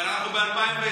אבל אנחנו ב-2020.